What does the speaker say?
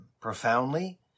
profoundly